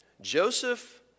Joseph